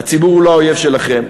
הציבור הוא לא האויב שלכם,